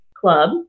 club